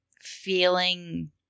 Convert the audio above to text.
feeling